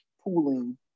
pooling